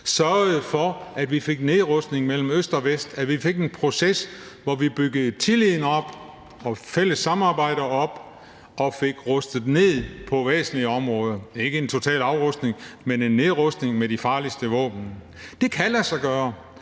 sørgede for, at vi fik nedrustning mellem Øst og Vest, at vi fik en proces, hvor vi byggede tilliden op og byggede fælles samarbejder op og fik afrustet på væsentlige områder. Der var ikke tale om en total afrustning, men en nedrustning med de farligste våben. Det kan lade sig gøre,